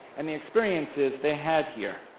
and the experiences they had here.